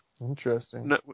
Interesting